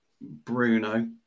Bruno